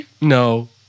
No